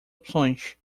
opções